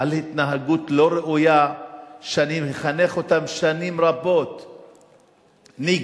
על התנהגות לא ראויה שאני מחנך אותם שנים רבות נגדה,